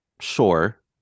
sure